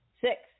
six